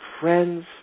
friends